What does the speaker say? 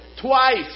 Twice